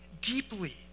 deeply